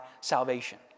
salvation